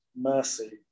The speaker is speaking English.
mercy